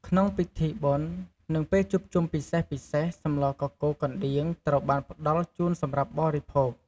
ក្នុងពិធីបុណ្យនិងពេលជួបជុំពិសេសៗសម្លកកូរកណ្ដៀងត្រូវបានផ្តល់ជូនសម្រាប់បរិភោគ។